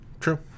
true